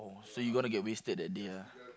oh so you gonna get wasted that day ah